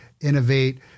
innovate